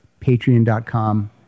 patreon.com